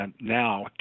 now